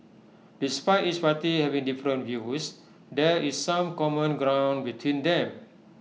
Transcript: despite each party having different views there is some common ground between them